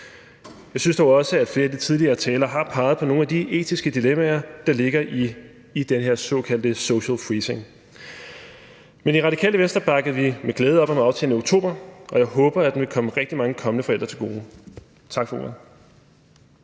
Jeg synes dog også, at flere af de tidligere talere har peget på nogle af de etiske dilemmaer, der ligger i den her såkaldte social freezing. Men i Radikale Venstre bakkede vi med glæde op om aftalen i oktober, og jeg håber, at den vil komme rigtig mange kommende forældre til gode. Tak for ordet.